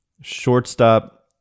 shortstop